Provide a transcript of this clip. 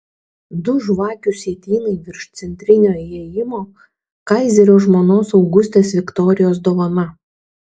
du žvakių sietynai virš centrinio įėjimo kaizerio žmonos augustės viktorijos dovana